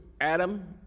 Adam